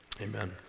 Amen